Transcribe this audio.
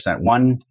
One